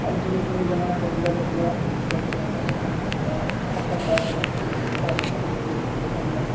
اب دھیرے دھیرے زمانہ ڈیولپڈ ہوا بیت الخلاء سے ہم نے بنایا اور سرکار کی طرف سے بیت الخلاء بنوانے کے لیے بھی پیسہ ملا